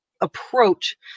approach